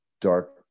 dark